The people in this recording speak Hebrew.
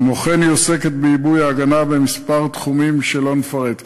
כמו כן היא עוסקת בעיבוי ההגנה בכמה תחומים שלא נפרט כאן.